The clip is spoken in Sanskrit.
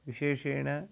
विशेषेण